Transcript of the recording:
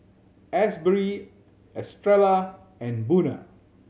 Asbury Estrella and Buna